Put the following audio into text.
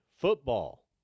Football